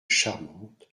charmante